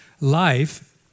life